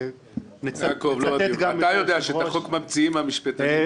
יעקב, אתה יודע שאת החוק ממציאים המשפטנים.